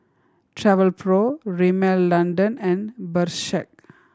Travelpro Rimmel London and Bershka